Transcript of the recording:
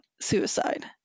suicide